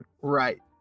right